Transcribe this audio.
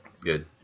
Good